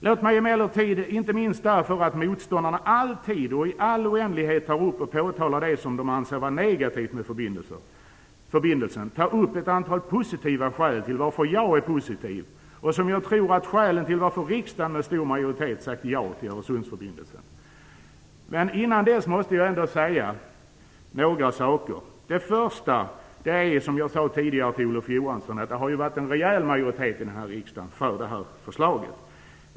Låt mig emellertid, inte minst därför att motståndarna alltid och i all oändlighet tar upp och påtalar det som de anser vara negativt med förbindelsen, ta upp ett antal skäl till varför jag är positiv. Jag tror också att detta är skälen till att riksdagen med stor majoritet har sagt ja till Öresundsförbindelsen. Innan dess måste jag emellertid säga några saker. Som jag sade tidigare till Olof Johansson har det funnits en rejäl majoritet i riksdagen för förslaget.